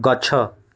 ଗଛ